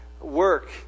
work